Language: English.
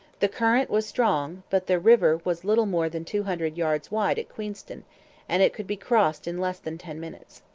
the current was strong but the river was little more than two hundred yards wide at queenston and it could be crossed in less than ten minutes.